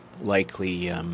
likely